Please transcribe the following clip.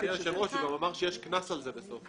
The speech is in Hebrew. אדוני היושב-ראש, הוא גם אמר שיש קנס על זה.